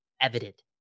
Evident